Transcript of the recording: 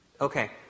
Okay